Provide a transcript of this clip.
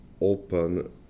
open